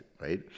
right